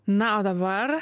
na o dabar